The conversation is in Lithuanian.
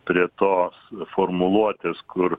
prie tos formuluotės kur